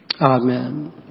Amen